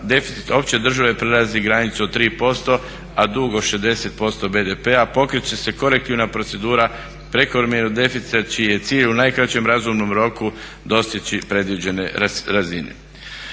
opće države prelazi granicu od 3% a dug od 60% BDP-a pokrit će se korektivna procedura prekomjernog deficita čiji je cilj u najkraćem razumnom roku dostići predviđene razine.